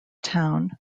town